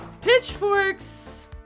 pitchforks